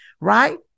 right